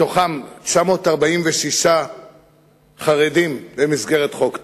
מתוכם 946 חרדים במסגרת חוק טל,